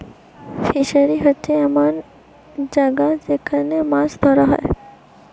fishery হোচ্ছে এমন জাগা যেখান মাছ ধোরা হয়